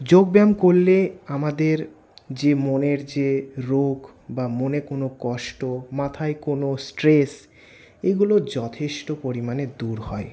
যোগ ব্যায়াম করলে আমাদের যে মনের যে রোগ বা মনে কোনও কষ্ট মাথায় কোনও স্ট্রেস এগুলো যথেষ্ট পরিমাণে দূর হয়